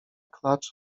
klacz